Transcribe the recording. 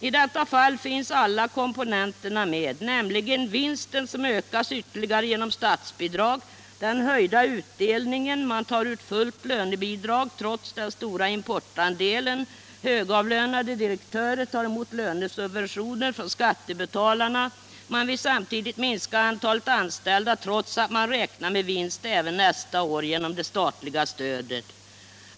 I detta fall finns alla komponenterna med, nämligen: vinsten som ökas ytterligare genom statsbidrag, den höjda utdelningen, man tar ut fullt lönebidrag trots den stora importandelen, högavlönade direktörer tar emot lönesubventioner från skattebetalarna, man vill samtidigt minska antalet anställda trots att man räknar med vinst även nästa år genom det statliga stödet.